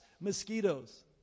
mosquitoes